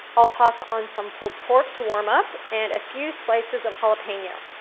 i'll toss on some pulled pork to warm up and a few slices of jalapeno.